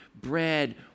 bread